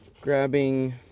grabbing